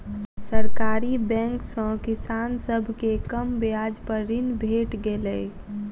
सरकारी बैंक सॅ किसान सभ के कम ब्याज पर ऋण भेट गेलै